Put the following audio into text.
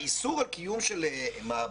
האיסור על קיום של מעבדות